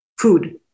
food